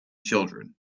children